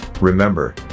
remember